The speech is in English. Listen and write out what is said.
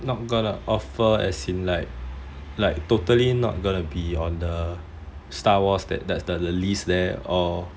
not gonna offer as in like totally not gonna be on the the list there or